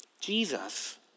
Jesus